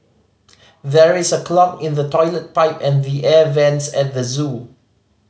there is a clog in the toilet pipe and the air vents at the zoo